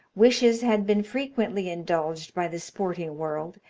wishes had been frequently indulged by the sporting world,